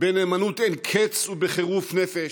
בנאמנות אין-קץ, בחירוף נפש,